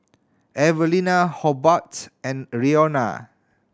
Evelena Hobart and Roena